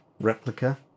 replica